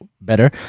better